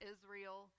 Israel